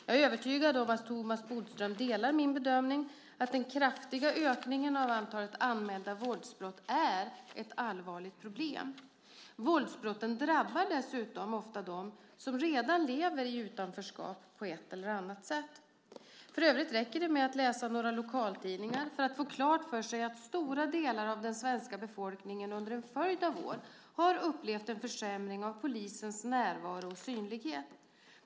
Jag är övertygad om att Thomas Bodström delar min bedömning att den kraftiga ökningen av antalet anmälda våldsbrott är ett allvarligt problem. Våldsbrotten drabbar dessutom ofta de som redan lever i utanförskap på ett eller annat sätt. För övrigt räcker det med att läsa några lokaltidningar för att få klart för sig att stora delar av den svenska befolkningen under en följd av år har upplevt en försämring av polisens närvaro och synlighet.